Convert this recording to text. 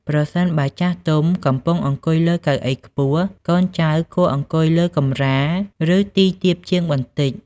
ប្រសិនបើចាស់ទុំកំពុងអង្គុយលើកៅអីខ្ពស់ កូនចៅគួរអង្គុយលើកម្រាល ឬទីទាបជាងបន្តិច។